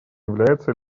является